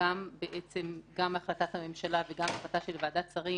גם החלטת הממשלה וגם החלטת ועדת השרים,